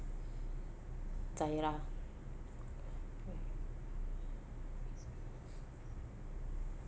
zahirah